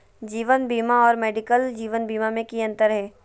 जीवन बीमा और मेडिकल जीवन बीमा में की अंतर है?